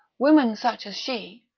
women such as she,